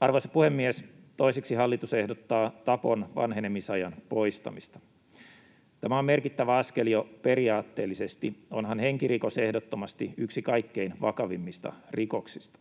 Arvoisa puhemies! Toiseksi hallitus ehdottaa tapon vanhenemisajan poistamista. Tämä on merkittävä askel jo periaatteellisesti, onhan henkirikos ehdottomasti yksi kaikkein vakavimmista rikoksista.